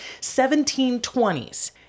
1720s